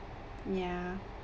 ya